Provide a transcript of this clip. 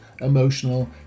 emotional